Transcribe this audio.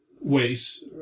ways